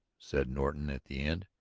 said norton at the end,